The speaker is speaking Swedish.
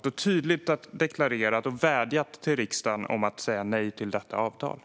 De har tydligt deklarerat och vädjat till riksdagen om att säga nej till avtalet.